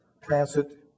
transit